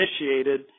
initiated